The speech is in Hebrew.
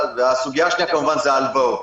והסוגיה השנייה היא, כמובן, הלוואות.